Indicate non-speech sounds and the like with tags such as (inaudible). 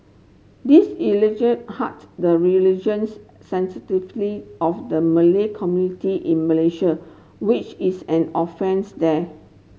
this (unintelligible) hut the religions sensitively of the Malay community in Malaysia which is an offence there